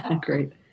great